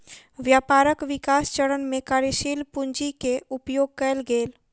व्यापारक विकास चरण में कार्यशील पूंजी के उपयोग कएल गेल